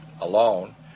alone